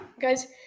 guys